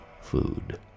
food